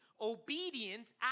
Obedience